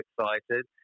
excited